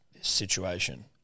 situation